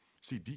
See